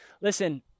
Listen